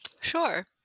Sure